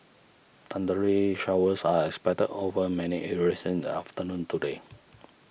thundery showers are expected over many areas in the afternoon today